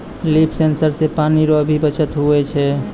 लिफ sensor से पानी रो भी बचत हुवै छै